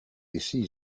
récits